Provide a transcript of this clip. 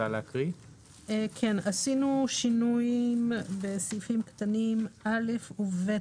עשינו שינוי בסעיפים קטנים (א) ו-(ב).